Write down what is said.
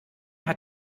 hat